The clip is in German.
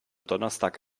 donnerstag